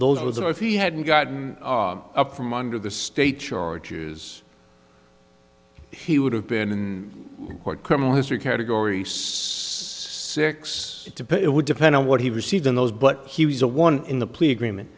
those are if he hadn't gotten up from under the state charges he would have been in court criminal history categories sex to pay it would depend on what he received in those but he was a one in the plea agreement